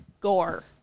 gore